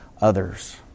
others